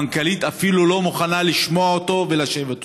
המנכ"לית אפילו לא מוכנה לשמוע אותו ולשבת איתו.